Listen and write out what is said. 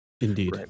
indeed